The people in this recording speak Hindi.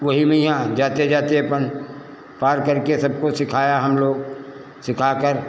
वही में याँ जाते जाते अपन पार करके सबको सिखाया हम लोग सिखाकर